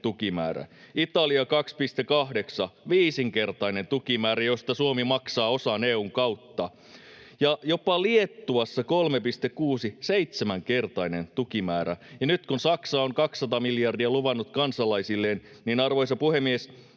Italia 2,8 — viisinkertainen tukimäärä, josta Suomi maksaa osan EU:n kautta ja jopa Liettuassa 3,6 — seitsenkertainen tukimäärä. Ja nyt, kun Saksa on 200 miljardia luvannut kansalaisilleen, niin, arvoisa puhemies,